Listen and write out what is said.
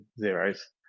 zeros